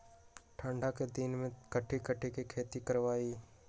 ठंडा के दिन में कथी कथी की खेती करवाई?